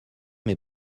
mes